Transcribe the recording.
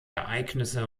ereignisse